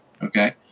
Okay